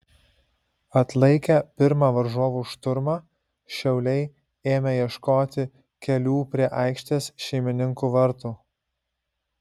atlaikę pirmą varžovų šturmą šiauliai ėmė ieškoti kelių prie aikštės šeimininkų vartų